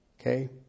Okay